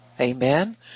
Amen